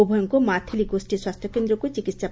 ଉଭୟଙ୍କୁ ମାଥିଲି ଗୋଷୀ ସ୍ୱାସ୍ସ୍ୟ କେନ୍ଦ୍ରକୁ ଚିକିସ୍